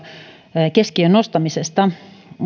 keskiöön nostamisesta